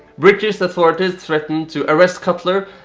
british authorities threatened to arrest cutlar,